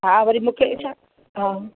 हा वरी मूंखे छा हा